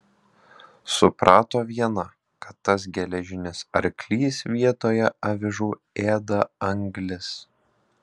suprato viena kad tas geležinis arklys vietoje avižų ėda anglis